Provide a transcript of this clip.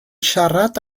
siarad